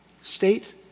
state